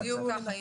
בדיוק כך.